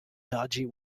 dodgy